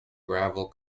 gravel